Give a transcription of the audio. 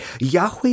Yahweh